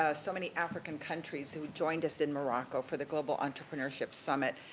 ah so many african countries who joined us in morocco for the global entrepreneurship summit.